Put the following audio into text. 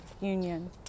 union